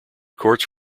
courts